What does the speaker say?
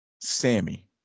Sammy